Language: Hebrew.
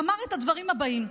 אמר את הדברים הבאים: